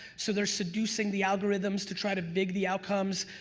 so they're seducing the algorithms to try to vig the outcomes.